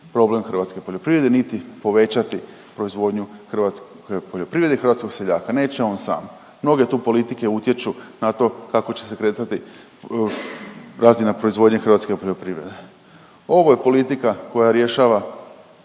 problem hrvatske poljoprivrede, niti povećati proizvodnju hrvatske poljoprivrede i hrvatskog seljaka, neće on sam. Mnoge tu politike utječu na to kako će se kretati razina proizvodnje hrvatske poljoprivrede. Ovo je politika koja rješava